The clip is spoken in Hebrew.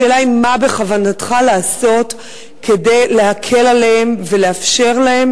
השאלה היא: מה בכוונתך לעשות כדי להקל עליהם ולאפשר להם